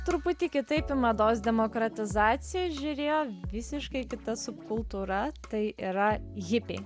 truputį kitaip į mados demokratizaciją žiūrėjo visiškai tik ta subkultūra tai yra hipiai